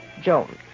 Jones